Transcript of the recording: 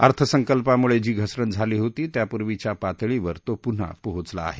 अर्थसंकल्पामुळे जी घसरण झाली होती त्यापूर्वीच्या पातळीवर तो पुन्हा पोहोचला आहे